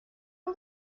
los